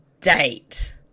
date